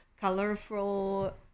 colorful